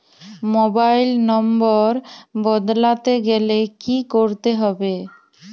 Mobile number বদলাতে গেলে কি করতে হবে?